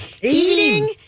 eating